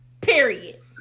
Period